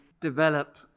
develop